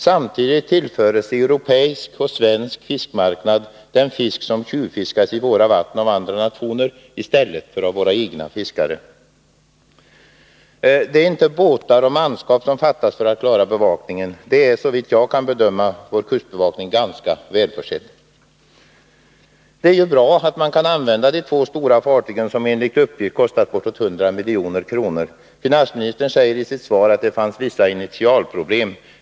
Samtidigt tillförs europeisk och svensk fiskmarknad den fisk som tjuvfiskas i våra vatten av andra nationer, i stället för av våra egna fiskare. Det är inte båtar och manskap som fattas för att man skall klara bevakningen. Där är, såvitt jag kan bedöma, vår kustbevakning ganska väl försedd. Det är bra att man kan använda de två stora fartygen, som enligt uppgift kostat bortåt 100 milj.kr. Finansministern säger i sitt svar att det fanns vissa initialproblem.